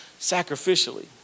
sacrificially